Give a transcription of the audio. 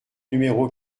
numéro